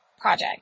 project